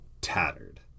tattered